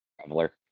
Traveler